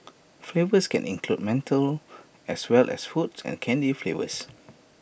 flavours can include menthol as well as fruit and candy flavours